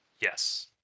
Yes